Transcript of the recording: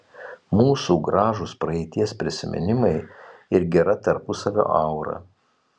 mūsų gražūs praeities prisiminimai ir gera tarpusavio aura